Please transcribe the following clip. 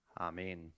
Amen